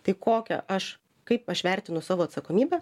tai kokią aš kaip aš vertinu savo atsakomybę